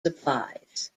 supplies